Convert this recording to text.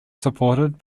supported